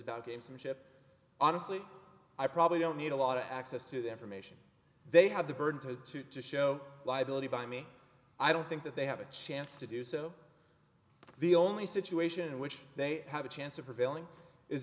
about gamesmanship honestly i probably don't need a lot of access to information they have the burden to to to show liability by me i don't think that they have a chance to do so the only situation in which they have a chance of prevailing is